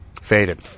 Faded